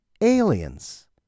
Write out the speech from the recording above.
aliens